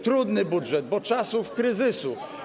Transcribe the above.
Trudny budżet, bo czasów kryzysu.